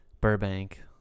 Burbank